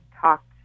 talked